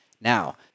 Now